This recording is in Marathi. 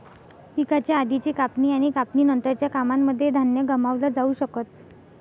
पिकाच्या आधीची कापणी आणि कापणी नंतरच्या कामांनमध्ये धान्य गमावलं जाऊ शकत